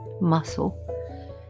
muscle